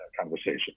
Conversation